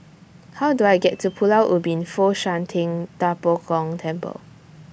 How Do I get to Pulau Ubin Fo Shan Ting DA Bo Gong Temple